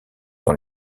dans